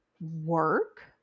work